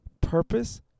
purpose